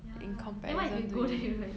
ya then what if you go there you like